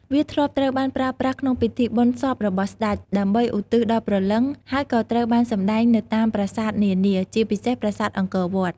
វាធ្លាប់ត្រូវបានប្រើប្រាស់ក្នុងពិធីបុណ្យសពរបស់ស្ដេច ដើម្បីឧទ្ទិសដល់ព្រលឹង ហើយក៏ត្រូវបានសម្ដែងនៅតាមប្រាសាទនានា ជាពិសេសប្រាសាទអង្គរវត្ត។